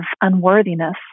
unworthiness